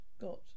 Got